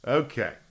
okay